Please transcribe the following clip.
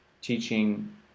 teaching